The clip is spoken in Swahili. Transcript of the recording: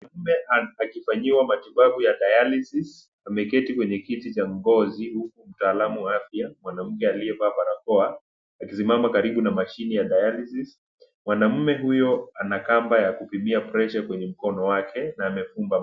Mwanamke akifanyiwa matibabu ya [cs ] dialisis[cs ] ameketi kwenye kiti cha ngozi huku mtaalam wa afya, mwanamke aliyevaa barakoa akisimama karibu na mashine ya [cs ] dialisis[cs ]. Mwanamme huyu ana kamba ya kupimia [cs ] pressure[cs ] kwenye mkono wake na amefumba macho.